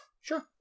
sure